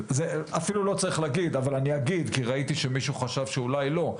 אפילו לא צריך להגיד אבל אני אגיד כי ראיתי שמישהו חשב שאולי לא,